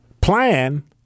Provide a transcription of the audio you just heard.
Plan